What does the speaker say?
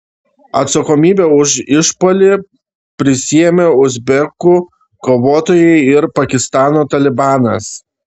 atsakomybę už išpuolį prisiėmė uzbekų kovotojai ir pakistano talibanas